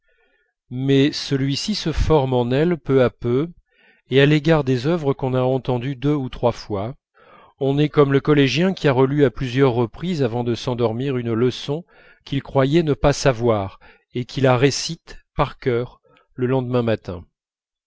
mais celui-ci se forme en elle peu à peu et à l'égard des œuvres qu'on a entendues deux ou trois fois on est comme le collégien qui a relu à plusieurs reprises avant de s'endormir une leçon qu'il croyait ne pas savoir et qui la récite par cœur le lendemain matin